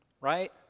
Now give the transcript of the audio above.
right